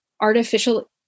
artificial